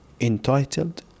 entitled